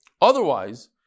Otherwise